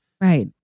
Right